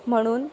म्हणून